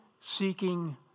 seeking